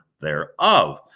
thereof